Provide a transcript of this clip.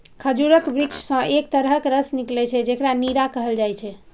खजूरक वृक्ष सं एक तरहक रस निकलै छै, जेकरा नीरा कहल जाइ छै